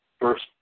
first